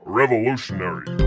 revolutionary